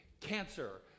cancer